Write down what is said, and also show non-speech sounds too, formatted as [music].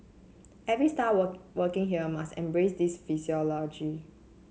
every staff [unintelligible] working here must embrace this [unintelligible]